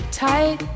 tight